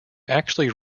actually